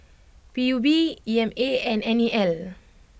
P U B E M A and N E L